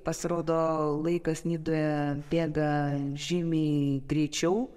pasirodo laikas nidoje bėga žymiai greičiau